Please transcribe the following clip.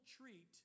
treat